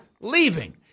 leaving